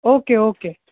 okay okay